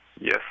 Yes